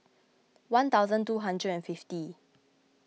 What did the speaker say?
one thousand two hundred and fifty